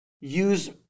use